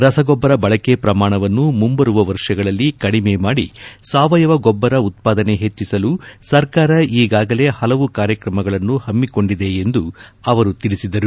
ರಸಗೊಬ್ಬರ ಬಳಕೆ ಪ್ರಮಾಣವನ್ನು ಮುಂಬರುವ ವರ್ಷಗಳಲ್ಲಿ ಕಡಿಮೆ ಮಾಡಿ ಸಾವಯವ ಗೊಬ್ಬರ ಉತ್ಪಾದನೆ ಹೆಚ್ಚಿಸಲು ಸರ್ಕಾರ ಈಗಾಗಲೇ ಹಲವು ಕಾರ್ಯಕ್ರಮಗಳನ್ನು ಹಮ್ಮಿಕೊಂಡಿದೆ ಎಂದು ಅವರು ಹೇಳಿದರು